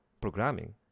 programming